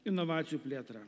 inovacijų plėtrą